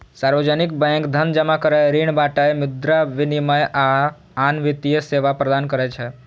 सार्वजनिक बैंक धन जमा करै, ऋण बांटय, मुद्रा विनिमय, आ आन वित्तीय सेवा प्रदान करै छै